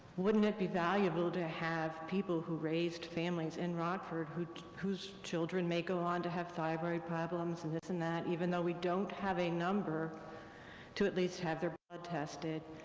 wouldn't it be valuable to have people who raised families in rockford, whose whose children may go on to have thyroid problems, and this and that, even though we don't have a number to at least have their blood tested.